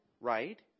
right